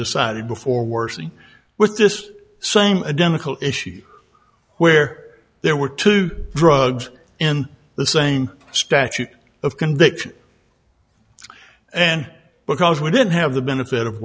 decided before worsening with this same identical issue where there were two drugs in the same statute of conviction and because we didn't have the benefit of